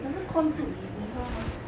可是 corn soup 你你喝吗